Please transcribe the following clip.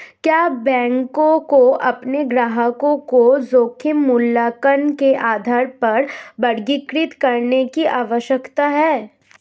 क्या बैंकों को अपने ग्राहकों को जोखिम मूल्यांकन के आधार पर वर्गीकृत करने की आवश्यकता है?